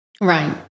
Right